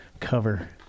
cover